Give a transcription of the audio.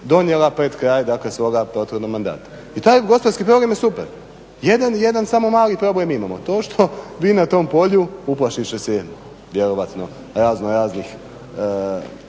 donijela pred kraj dakle svog prethodnog mandata i taj gospodarski program je super, jedan, jedan samo mali problem imamo, to što vi na tom polju, uplašit će se vjerojatno iz razno raznih